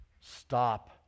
stop